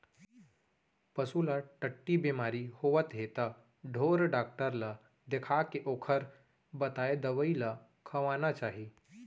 पसू ल टट्टी बेमारी होवत हे त ढोर डॉक्टर ल देखाके ओकर बताए दवई ल खवाना चाही